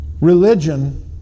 religion